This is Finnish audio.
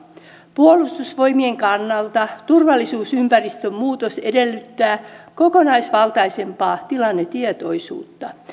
puolustusvoimien kannalta turvallisuusympäristön muutos edellyttää kokonaisvaltaisempaa tilannetietoisuutta